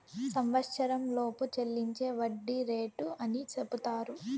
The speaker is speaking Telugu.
సంవచ్చరంలోపు చెల్లించే వడ్డీ రేటు అని సెపుతారు